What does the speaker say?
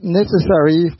necessary